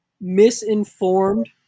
misinformed